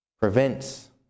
prevents